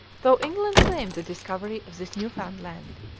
though england claimed the discovery of this newfoundland,